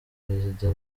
perezida